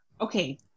okay